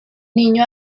niño